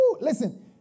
Listen